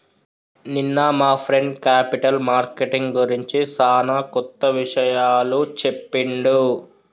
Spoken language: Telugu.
నిన్న మా ఫ్రెండ్ క్యాపిటల్ మార్కెటింగ్ గురించి సానా కొత్త విషయాలు చెప్పిండు